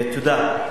תודה.